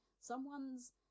someone's